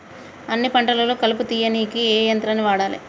అన్ని పంటలలో కలుపు తీయనీకి ఏ యంత్రాన్ని వాడాలే?